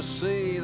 see